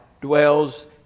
dwells